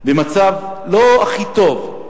לא במצב הכי טוב.